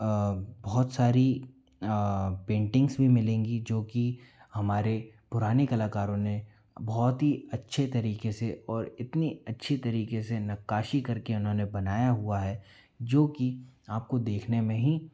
बहुत सारी पेंटिंग्स भी मिलेंगी जोकि हमारे पुराने कलाकारों ने बहुत ही अच्छे तरीके से और इतनी अच्छी तरीके से नक्काशी करके उन्होंने बनाया हुआ है जो कि आपको देखने में ही